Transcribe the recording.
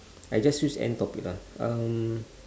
I just use any topic lah um